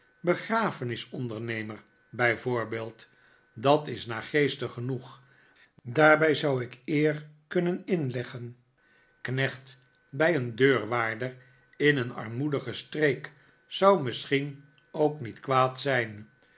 begrafenis ondernemer bij voorbeeld dat is naargeestig genoeg daarbij zou ik eer kunnen inleggen knecht bij een deurwaarder in een armoedige streek zou misschien ook niet kwaad zijn